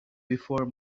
before